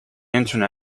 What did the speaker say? internet